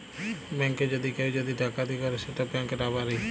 ব্যাংকে যদি কেউ যদি ডাকাতি ক্যরে সেট ব্যাংক রাবারি